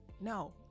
no